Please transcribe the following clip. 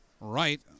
right